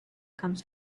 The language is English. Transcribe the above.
comes